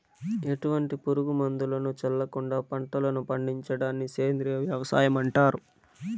ఎటువంటి పురుగు మందులను చల్లకుండ పంటలను పండించడాన్ని సేంద్రీయ వ్యవసాయం అంటారు